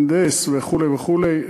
מהנדס וכו' וכו'.